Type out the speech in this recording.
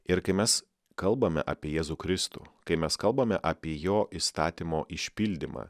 ir kai mes kalbame apie jėzų kristų kai mes kalbame apie jo įstatymo išpildymą